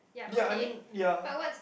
ya I mean ya